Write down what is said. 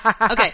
Okay